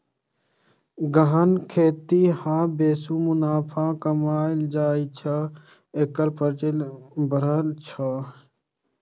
गहन खेती सं बेसी मुनाफा कमाएल जा सकैए, तें एकर प्रचलन बढ़ि गेल छै